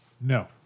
No